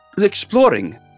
Exploring